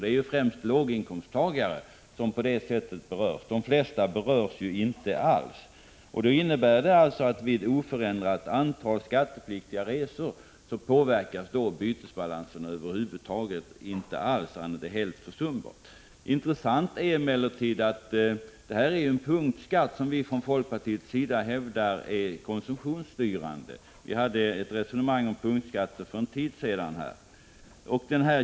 Det är nämligen främst låginkomsttagare som berörs, medan de flesta andra människor inte alls berörs. Det innebär att vid oförändrat antal skattepliktiga resor påverkas bytesbalansen över huvud taget inte alls, annat än vad som är helt försumbart. Det är emellertid intressant att charterskatten är en punktskatt, som folkpartiet hävdar är konsumtionsstyrande. Vi hade för en tid sedan ett resonemang om punktskatter.